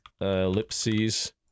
Ellipses